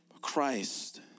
Christ